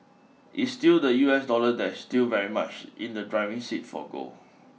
it's still the U S dollar that is still very much in the driving seat for gold